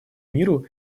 миру